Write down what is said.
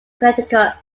connecticut